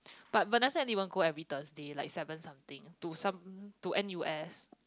but Venessa even go every Thursday like seven something to some to N_U_S